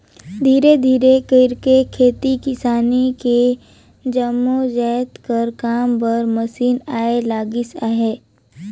धीरे धीरे कइरके खेती किसानी के जम्मो जाएत कर काम बर मसीन आए लगिस अहे